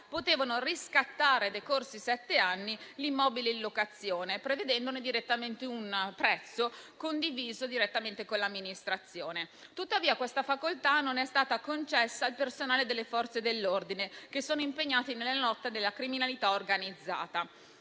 potevano riscattare, decorsi sette anni, l'immobile in locazione, prevedendo un prezzo condiviso direttamente con l'amministrazione. Tuttavia, questa facoltà non è stata concessa al personale delle Forze dell'ordine che sono impegnate nella lotta alla criminalità organizzata.